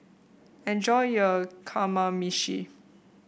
enjoy your Kamameshi